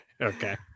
Okay